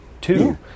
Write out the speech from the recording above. two